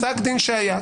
פסק דין שהיה.